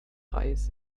reis